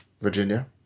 Virginia